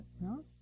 no